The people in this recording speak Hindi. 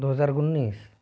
दो हज़ार उन्नीस